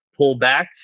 pullbacks